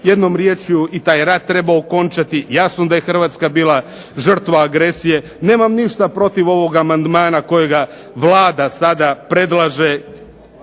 Jednom riječju i taj rat treba okončati, jasno da je Hrvatska bila žrtva agresije. Nemam ništa protiv ovog amandmana kojega Vlada sada predlaže